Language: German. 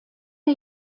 der